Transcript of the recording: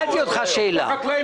קראנו לציבור, רק רגע,